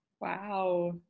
Wow